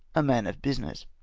a man of business.